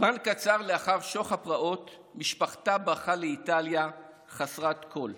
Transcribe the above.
זמן קצר לאחר שוך הפרעות משפחתה ברחה לאיטליה חסרת כול.